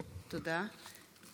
תודה.